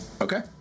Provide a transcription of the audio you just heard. Okay